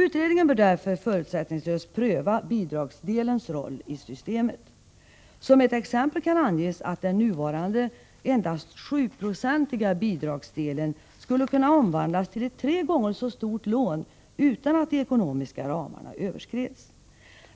Utredningen bör därför förutsättningslöst pröva bidragsdelens roll i systemet. Som ett exempel kan anges att den nuvarande endast 7-procentiga bidragsdelen skulle kunna omvandlas till ett tre gånger så stort lån utan att de ekonomiska ramarna överskreds.